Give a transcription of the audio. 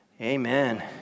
amen